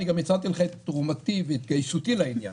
אני גם הצגתי לך את תרומתי והתגייסותי לעניין.